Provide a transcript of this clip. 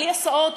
בלי הסעות,